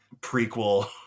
prequel